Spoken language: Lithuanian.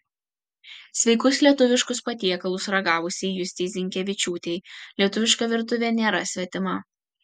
sveikus lietuviškus patiekalus ragavusiai justei zinkevičiūtei lietuviška virtuvė nėra svetima